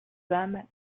them